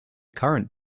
current